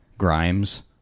Grimes